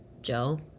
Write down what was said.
joe